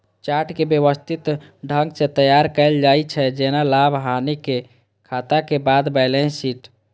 chart कें व्यवस्थित ढंग सं तैयार कैल जाइ छै, जेना लाभ, हानिक खाताक बाद बैलेंस शीट